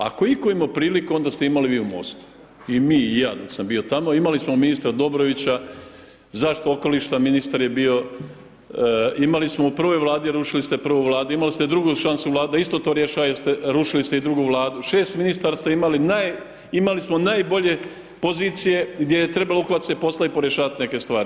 Ako je itko imao priliku, onda ste imali vi u MOST-u i mi, i ja dok sam bio tamo, imali smo ministra Dobrovića, zaštita okolišta, ministar je bio, imali smo u prvoj Vladi, rušili ste prvu Vladu, imali ste drugu šansu, Vlada isto to rješaje, rušili ste i drugu Vladu, 6 ministara ste imali, imali smo najbolje pozicije gdje je trebalo uhvatiti se posla i poriješavati neke stvari.